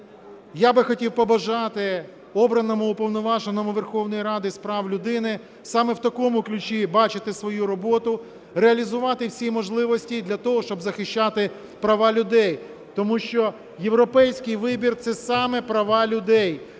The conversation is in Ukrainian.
я б хотів побажати обраному Уповноваженому Верховної Ради з прав людини саме в такому ключі бачити свою роботу, реалізувати всі можливості для того, щоб захищати права людей. Тому що європейський вибір – це саме права людей,